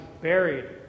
Buried